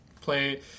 play